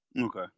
Okay